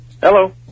Hello